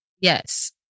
Yes